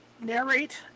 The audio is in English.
narrate